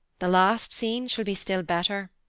the last scene shall be still better.